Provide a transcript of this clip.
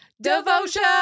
devotion